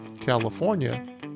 California